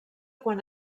quan